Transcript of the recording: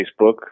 Facebook